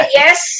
yes